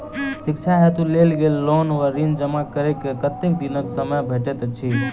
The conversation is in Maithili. शिक्षा हेतु लेल गेल लोन वा ऋण जमा करै केँ कतेक दिनक समय भेटैत अछि?